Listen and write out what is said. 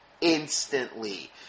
instantly